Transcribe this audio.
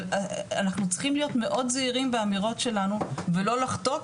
אבל אנחנו צריכים להיות מאוד זהירים באמירות שלנו ולא לחטוא,